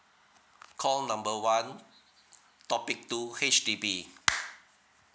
call number one topic two H_D_B